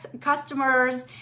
customers